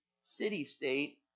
city-state